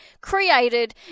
created